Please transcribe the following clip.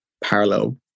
parallel